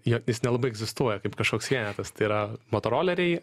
jis nelabai egzistuoja kaip kažkoks vienetas tai yra motoroleriai